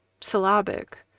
syllabic